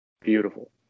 beautiful